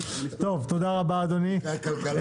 -- בדיוק.